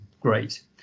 great